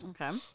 Okay